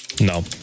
no